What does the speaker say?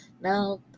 now